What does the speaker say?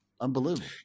Unbelievable